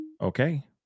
okay